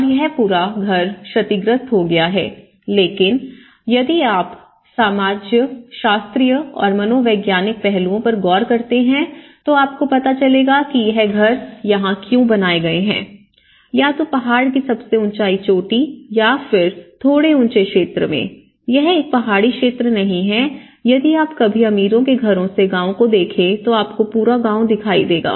और यह पूरा घर क्षतिग्रस्त हो गया है लेकिन यदि आप समाजशास्त्रीय और मनोवैज्ञानिक पहलुओं पर गौर करते हैं तो आपको पता चलेगा कि यह घर यहां क्यों बनाए गए हैं या तो पहाड़ की सबसे ऊंची चोटी पर या फिर थोड़े ऊंचे क्षेत्र में यह एक पहाड़ी क्षेत्र नहीं है यदि आप कभी अमीरों के घरों से गांवों को देखें तो आपको पूरा गांव दिखाई देगा